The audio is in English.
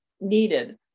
needed